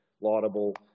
laudable